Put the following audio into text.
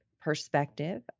perspective